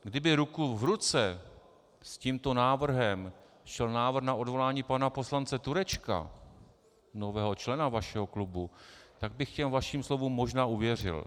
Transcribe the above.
Kdyby ruku v ruce s tímto návrhem šel návrh na odvolání pana poslance Turečka, nového člena vašeho klubu, tak bych těm vašim slovům možná uvěřil.